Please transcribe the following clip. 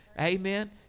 amen